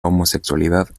homosexualidad